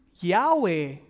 Yahweh